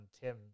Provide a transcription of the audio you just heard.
Tim